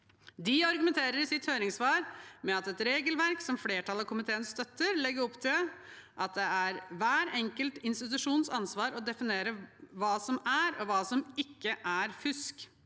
De argumenterer i sitt høringssvar med at et regelverk som flertallet i komiteen støtter, legger opp til at det er hver enkelt institusjons ansvar å definere hva som er og hva som ikke er fusk.